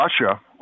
Russia